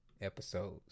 Episodes